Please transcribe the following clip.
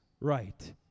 right